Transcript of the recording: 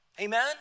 Amen